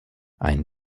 ein